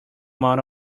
amount